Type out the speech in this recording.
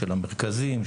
של המרכזים,